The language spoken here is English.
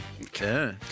Okay